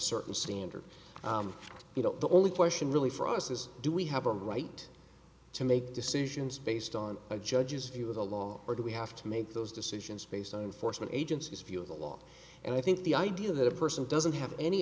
certain standard you know the only question really for us is do we have a right to make decisions based on a judge's view of the law or do we have to make those decisions based on force when agencies view of the law and i think the idea that a person doesn't have any